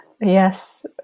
yes